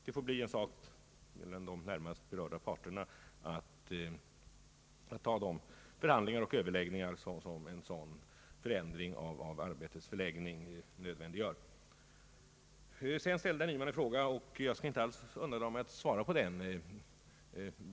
Det får bli en sak mellan de närmast berörda parterna att ta upp de förhandlingar och överläggningar som en sådan förändring av arbetets förläggning nödvändiggör. Sedan ställde herr Nyman en fråga, och jag skall inte alls undandra mig att svara på den.